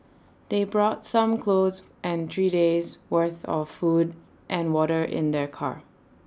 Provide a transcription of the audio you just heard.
they brought some clothes and three days' worth of food and water in their car